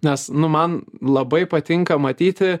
nes nu man labai patinka matyti